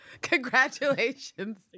Congratulations